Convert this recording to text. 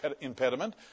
impediment